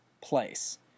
place